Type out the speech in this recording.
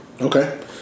Okay